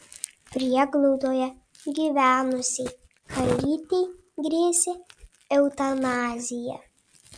prieglaudoje gyvenusiai kalytei grėsė eutanazija